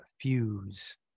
fuse